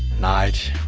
nyge,